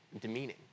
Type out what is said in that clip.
demeaning